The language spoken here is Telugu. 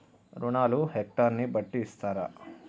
రుణాలు హెక్టర్ ని బట్టి ఇస్తారా?